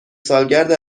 سالگرد